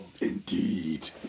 Indeed